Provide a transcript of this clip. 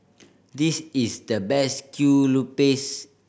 this is the best kue lupis